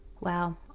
Wow